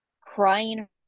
crying